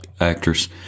actress